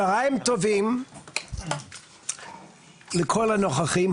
צהריים טובים לכל הנוכחים,